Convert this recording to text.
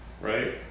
Right